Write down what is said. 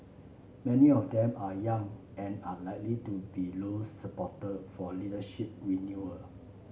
many of them are young and are likely to be Low's supporter for leadership renewal